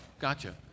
gotcha